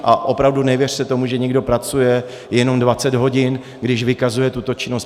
A opravdu nevěřte tomu, že někdo pracuje jenom dvacet hodin, když vykazuje tuto činnost.